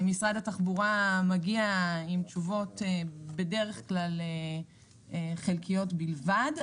משרד התחבורה מגיע בדרך כלל עם תשובות חלקיות בלבד.